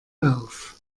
auf